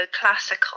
classical